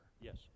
Yes